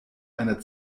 einer